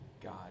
God